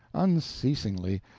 unceasingly,